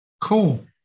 Cool